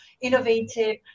innovative